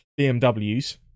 BMWs